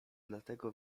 dlatego